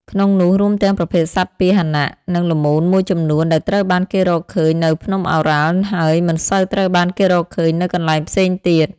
ក្នុងនោះ រួមទាំងប្រភេទសត្វពាហន និងល្មូនមួយចំនួនដែលត្រូវបានគេរកឃើញនៅភ្នំឱរ៉ាល់ ហើយមិនសូវត្រូវបានគេរកឃើញនៅកន្លែងផ្សេងទៀត។